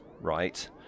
right